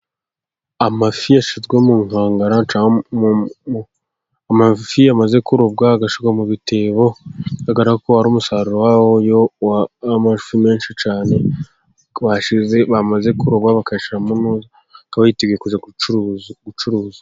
Amafi yashizwe mu nkangara, amafi amaze korobwa agashyirwa mu bitebo bigaragara ko ari umusaruro wa amafi menshi cyane bamaze kuroba bakaba biteguye kuzacuruza.